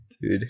Dude